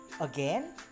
Again